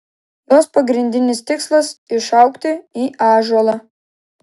jos pagrindinis tikslas išaugti į ąžuolą